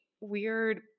weird